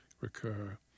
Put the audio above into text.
recur